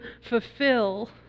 fulfill